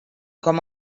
com